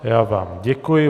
Já vám děkuji.